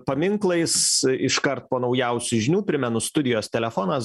paminklais iškart po naujausių žinių primenu studijos telefonas